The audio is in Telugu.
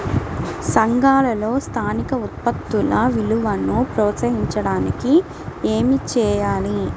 సంఘాలలో స్థానిక ఉత్పత్తుల విలువను ప్రోత్సహించడానికి ఏమి చేయాలి?